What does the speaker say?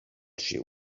she